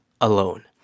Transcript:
Alone